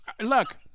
Look